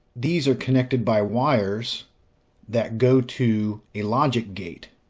these are connected by wires that go to a logic gate.